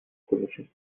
commission